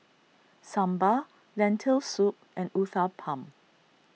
Sambar Lentil Soup and Uthapam